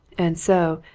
and so,